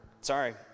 sorry